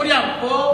כולם פה פלסטינים.